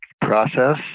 process